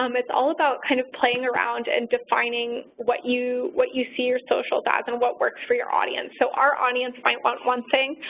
um it's all about kind of playing around and defining what you what you see your social as and what works for your audience. so our audience might want one thing,